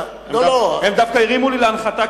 הם דווקא הרימו לי להנחתה,